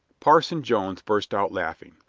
parson jones burst out laughing.